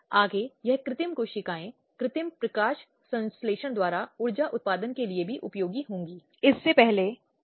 यह आगे चलकर गंभीर अपराध हो सकता है जो बलात्कार का अपराध हो सकता है